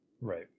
Right